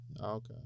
Okay